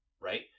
Right